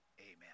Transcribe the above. amen